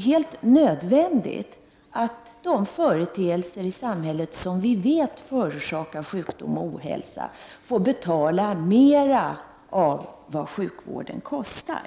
helt nödvändigt att de företeelser i samhället som vi vet förorsakar sjukdom och ohälsa får betala mer av vad sjukvården kostar.